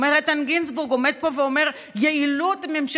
אומר איתן גינזבורג,